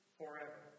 forever